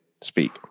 speak